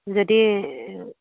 যদি